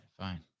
fine